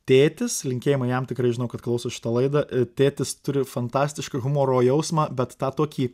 tėtis linkėjimai jam tikrai žinau kad klauso šitą laidą tėtis turi fantastišką humoro jausmą bet tą tokį